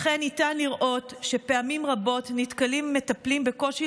לכן ניתן לראות שפעמים רבות נתקלים מטפלים בקושי